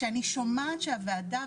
כשאני שומעת שהוועדה,